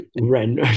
Ren